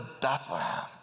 Bethlehem